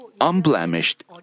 unblemished